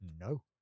No